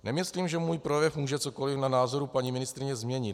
Nemyslím, že můj projev může cokoliv na názoru paní ministryně změnit.